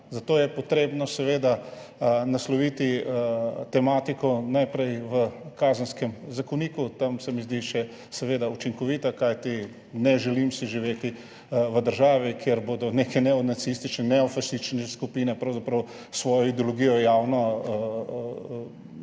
Zato je potrebno seveda nasloviti tematiko najprej v Kazenskem zakoniku, tam se mi zdi še seveda učinkovito. Kajti ne želim si živeti v državi, kjer bodo neke neonacistične, neofašistične skupine pravzaprav svojo ideologijo javno